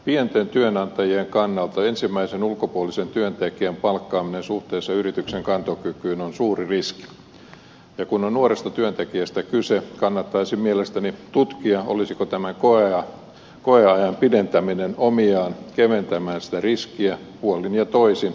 pienten työnantajien kannalta ensimmäisen ulkopuolisen työntekijän palkkaaminen suhteessa yrityksen kantokykyyn on suuri riski ja kun on nuoresta työntekijästä kyse kannattaisi mielestäni tutkia olisiko tämä koeajan pidentäminen omiaan keventämään sitä riskiä puolin ja toisin